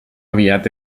aviat